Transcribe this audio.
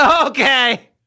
Okay